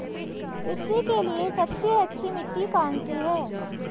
कृषि के लिए सबसे अच्छी मिट्टी कौन सी है?